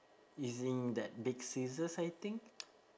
using that big scissors I think